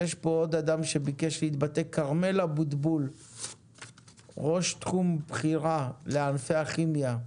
בבקשה, כרמל, ראש תחום בכירה לענפי הכימיה,